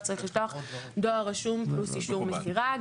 צריך לשלוח דואר רשום פלוס אישור מסירה.